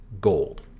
gold